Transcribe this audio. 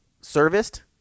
serviced